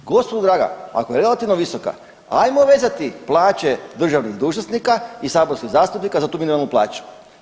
Gospodo draga, ako je relativno visoka, ajmo vezati plaće državnih dužnosnika i saborskih zastupnika za tu minimalnu plaću.